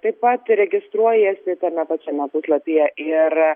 taip pat registruojasi tame pačiame puslapyje ir